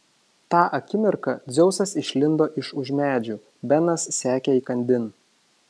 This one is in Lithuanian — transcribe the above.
tą akimirką dzeusas išlindo iš už medžių benas sekė įkandin